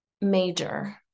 major